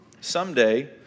Someday